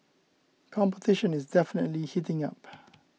competition is definitely heating up